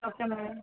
okay madam